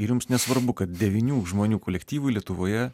ir jums nesvarbu kad devynių žmonių kolektyvui lietuvoje